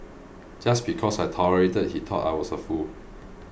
just because I tolerated he thought I was a fool